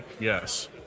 yes